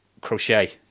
crochet